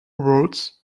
wrote